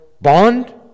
bond